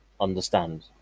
understand